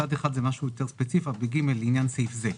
מצד אחד זה דבר יותר ספציפי, "לעניין סעיף זה",